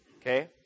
Okay